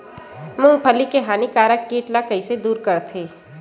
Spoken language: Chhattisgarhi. मूंगफली के हानिकारक कीट ला कइसे दूर करथे?